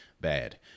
bad